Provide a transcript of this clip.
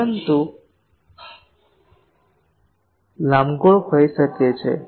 પરંતુ લંબગોળ હોઈ શકે છે